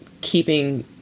keeping